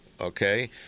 okay